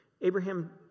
Abraham